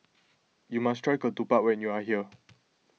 you must try Ketupat when you are here